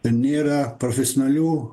nėra profesionalių